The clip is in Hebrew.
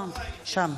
אה, שם.